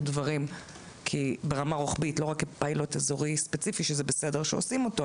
דברים ברמה רוחבית ולא רק פיילוט אזורי ספציפי שזה בסדר שעושים אותו,